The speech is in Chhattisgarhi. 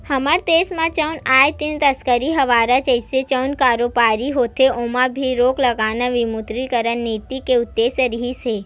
हमर देस म जउन आए दिन तस्करी हवाला जइसे जउन कारोबारी होथे ओमा भी रोक लगाना विमुद्रीकरन नीति के उद्देश्य रिहिस हे